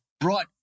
brought